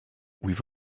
with